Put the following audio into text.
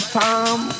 time